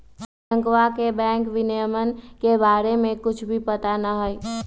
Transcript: रियंकवा के बैंक विनियमन के बारे में कुछ भी पता ना हई